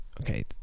okay